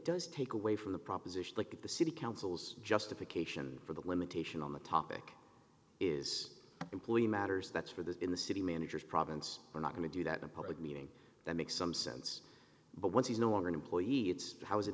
does take away from the proposition like the city councils justification for the limitation on the topic is simply matters that's for the in the city managers province we're not going to do that in a public meeting that makes some sense but once he's no longer an employee